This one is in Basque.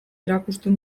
erakusten